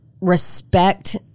respect